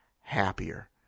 happier